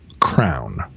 crown